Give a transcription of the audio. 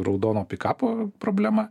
raudono pikapo problema